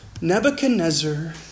Nebuchadnezzar